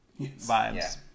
vibes